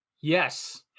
Yes